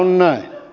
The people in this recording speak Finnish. joo